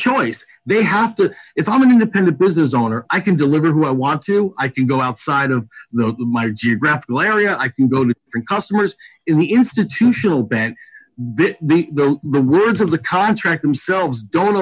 choice they have to if i'm an independent business owner i can deliver what i want to i can go outside of my geographical area i can go to customers in the institutional bent the rules of the contract themselves don't